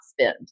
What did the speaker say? spend